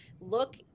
look